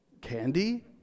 candy